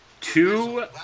two